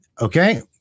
Okay